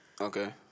Okay